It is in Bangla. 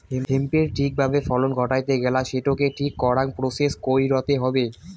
হেম্পের ঠিক ভাবে ফলন ঘটাইতে গেলা সেটোকে ঠিক করাং প্রসেস কইরতে হবে